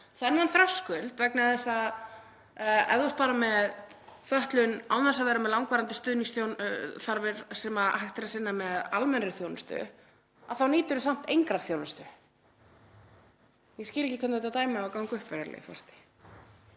þennan þröskuld, vegna þess að ef þú ert bara með fötlun án þess að vera með langvarandi stuðningsþarfir sem hægt er að sinna með almennri þjónustu þá nýturðu samt engrar þjónustu. Ég skil ekki hvernig þetta dæmi á að ganga upp, virðulegi forseti: